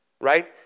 right